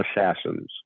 assassins